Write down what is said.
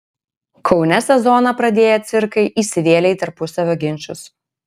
kaune sezoną pradėję cirkai įsivėlė į tarpusavio ginčus